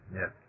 yes